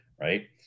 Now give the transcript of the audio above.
right